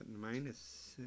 minus